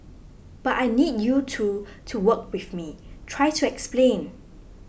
but I need you to to work with me try to explain